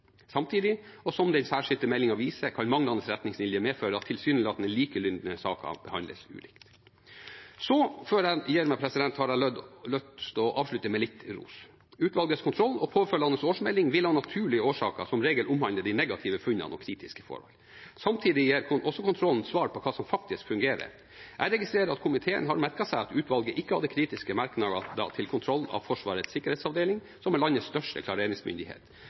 som den særskilte meldingen også viser, kan manglende retningslinjer medføre at tilsynelatende likelydende saker behandles ulikt. Før jeg gir meg, har jeg lyst å avslutte med litt ros: Utvalgets kontroll og påfølgende årsmelding vil av naturlige årsaker som regel omhandle de negative funnene og kritiske forhold. Samtidig gir kontrollen også svar på hva som faktisk fungerer. Jeg registrerer at komiteen har merket seg at utvalget ikke hadde kritiske merknader til kontrollen av Forsvarets sikkerhetsavdeling, som er landets største klareringsmyndighet.